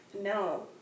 no